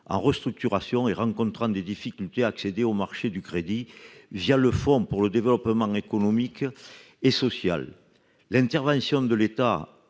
en restructuration rencontrant des difficultés à accéder au marché du crédit, le fonds pour le développement économique et social (FDES). L'intervention de l'État